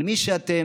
על מי שאתם